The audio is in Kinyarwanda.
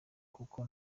kuko